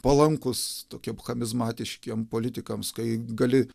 palankūs tokiem chamizmatiškiem politikams kai gali